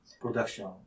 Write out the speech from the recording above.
production